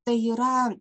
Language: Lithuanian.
tai yra